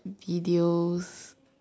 videos